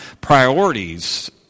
priorities